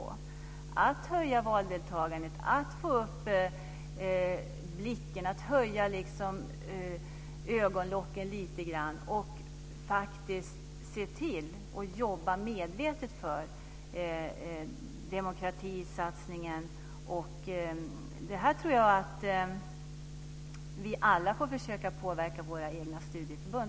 Det gäller att höja valdeltagandet, att få väljarna att spärra upp ögonen lite grann och att jobba medvetet för demokratisatsningen. Jag tror att vi alla får försöka att på olika sätt påverka våra egna studieförbund.